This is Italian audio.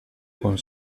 con